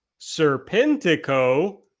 Serpentico